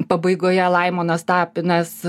pabaigoje laimonas tapinas